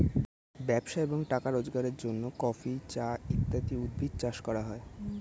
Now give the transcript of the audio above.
ব্যবসা এবং টাকা রোজগারের জন্য কফি, চা ইত্যাদি উদ্ভিদ চাষ করা হয়